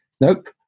nope